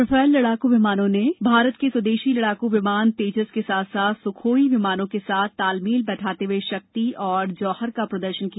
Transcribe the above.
Rafale विमानों ने भारत के स्वदेशी लड़ाकू विमान तेजस के साथ साथ सुखाई विमानों के साथ तालमेल बैठाते हुए शक्ति तथा तालमेल और जौहर का प्रदर्शन भी किया